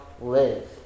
live